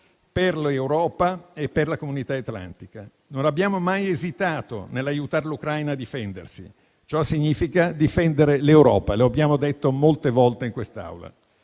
per l'Europa e per la comunità atlantica. Non abbiamo mai esitato ad aiutare l'Ucraina a difendersi. Ciò significa difendere l'Europa: lo abbiamo detto molte volte in quest'Aula.